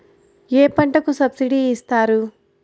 ఏ పంటకు సబ్సిడీ ఇస్తారు?